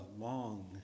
long